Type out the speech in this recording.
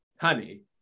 honey